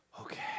Okay